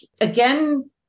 again